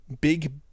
big